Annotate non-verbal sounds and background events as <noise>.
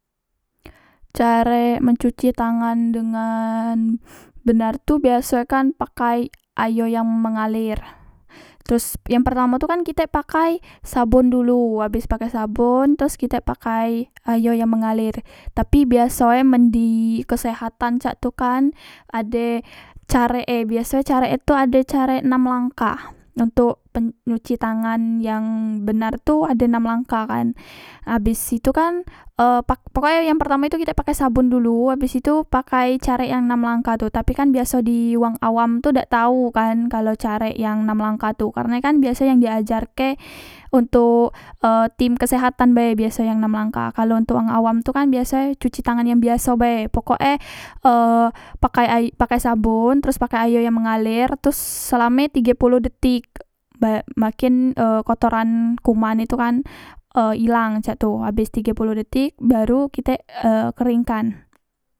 Carek mencuci tangan dengan <hesitation> benar tu biasoe kan pakai ayo yang mengaler teros yang pertamoe tu kan kitek pakai sabon dulu abes pake sabon teros kitek pakai ayo yang mengaler tapi biasoe men di kesehatan cak tu kan ade carek e biasoe carek e tu ado carek enam langkah ontok nyuci tangan yang benar tu ade enam langkah kan nah abes itu kan e pak pokoke yang pertamo itu kite pakai sabon dulu abis itu pakai carek yang nam langkah tu tapi kan biaso di wang awam tu dak tau kan kalo carek yang nam langkah tu karne kan yang biaso diajarke ontok e tim kesehatan be biaso yang nam langkah kalo ontok wong awam tu kan biasoe cuci tangan yang biaso be pokok e e pakai ay pakai sabon pakai ayo yang mengaler terus selame tige polo detik makin e kotoran kuman e tu kan ilang cak tu abes tige polo detik baru kitek e keringkan